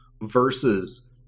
versus